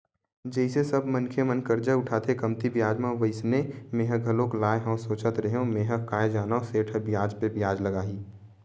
जइसे सब मनखे मन करजा उठाथे कमती बियाज म वइसने मेंहा घलोक लाय हव सोचत रेहेव मेंहा काय जानव सेठ ह बियाज पे बियाज लगाही